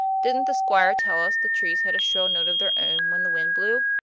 didn't the squire tell us the trees had a shrill note of their own when the wind blew?